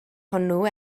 hwnnw